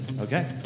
Okay